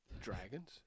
Dragons